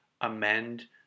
amend